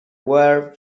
were